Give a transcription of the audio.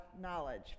knowledge